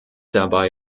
dabei